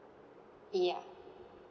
yeah